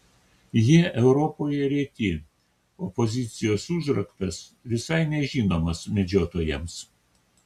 jie europoje reti o pozicijos užraktas visai nežinomas medžiotojams